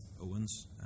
Owens